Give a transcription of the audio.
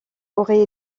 aurait